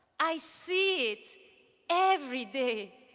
i see it every day,